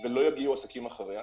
ולא יגיעו עסקים אחריה.